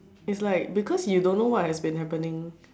it's like because you don't know what has been happening